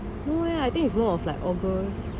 no eh I think it's more of like august